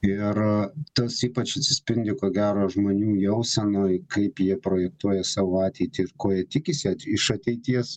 ir tas ypač atsispindi ko gero žmonių jausenoj kaip jie projektuoja savo ateitį ir ko tikisi iš ateities